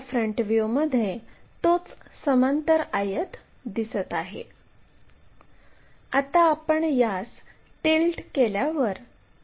front view काढण्यासाठी c आणि d हे लाईनद्वारे जोडावे